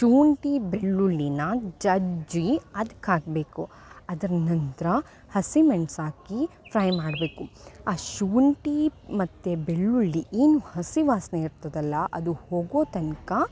ಶುಂಠಿ ಬೆಳ್ಳುಳ್ಳಿನ ಜಜ್ಜಿ ಅದ್ಕೆ ಹಾಕಬೇಕು ಅದರ ನಂತರ ಹಸಿಮೆಣ್ಸು ಹಾಕಿ ಫ್ರೈ ಮಾಡಬೇಕು ಆ ಶುಂಠಿ ಮತ್ತು ಬೆಳ್ಳುಳ್ಳಿ ಏನು ಹಸಿ ವಾಸನೆ ಇರ್ತದಲ್ಲ ಅದು ಹೋಗೋ ತನಕ